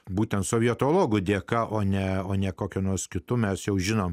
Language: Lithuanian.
būtent sovieto logo dėka o ne o ne kokiu nors kitu mes jau žinome